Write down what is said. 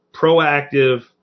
proactive